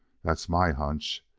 that's my hunch.